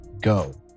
Go